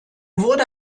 wurde